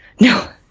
no